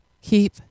Keep